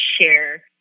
share